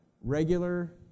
regular